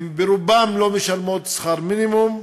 רובן לא משלמות שכר מינימום,